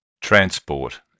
transport